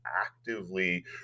actively